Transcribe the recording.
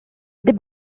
they